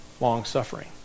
long-suffering